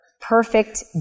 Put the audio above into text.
perfect